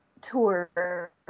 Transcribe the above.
tour